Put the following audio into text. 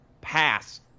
pass